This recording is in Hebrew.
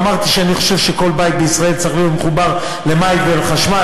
אמרתי שאני חושב שכל בית בישראל צריך להיות מחובר למים ולחשמל